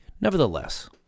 Nevertheless